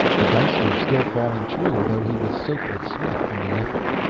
the dice were still falling true, though he was soaked with sweat from the effort.